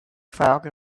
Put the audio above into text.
falcon